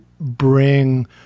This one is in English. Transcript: bring